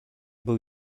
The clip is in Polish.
był